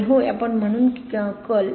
आणि होय आपण म्हणू कल